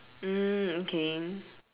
mm okay